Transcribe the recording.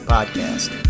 Podcast